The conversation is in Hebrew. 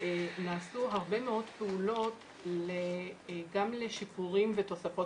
נעשו הרבה מאוד פעולות גם לשיפורים ותוספות